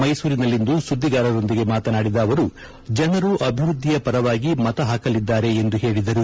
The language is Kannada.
ಮೈಸೂರಿನಲ್ಲಿಂದು ಸುದ್ದಿಗಾರರೊಂದಿಗೆ ಮಾತನಾದಿದ ಅವರು ಜನರು ಅಭಿವೃದ್ದಿಯ ಪರವಾಗಿ ಮತ ಹಾಕಲಿದ್ದಾರೆ ಎಂದು ಹೇಳಿದರು